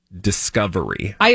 discovery